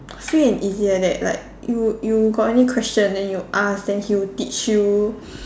free and easy like that like you you got any question then you ask then he will teach you